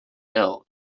ill